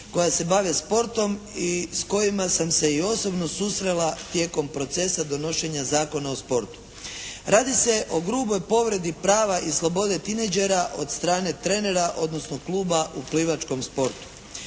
koja se bave sportom i s kojima sam se i osobno susrela tijekom procesa donošenja Zakona o sportu. Radi se o gruboj povredi prava i slobode teenagera od strane trenera odnosno kluba u plivačkom sportu.